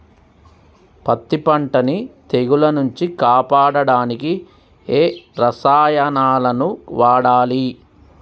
పత్తి పంటని తెగుల నుంచి కాపాడడానికి ఏ రసాయనాలను వాడాలి?